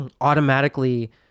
automatically